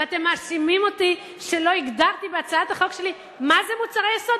ואתם מאשימים אותי שלא הגדרתי בהצעת החוק שלי מה זה מוצרי יסוד,